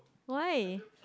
why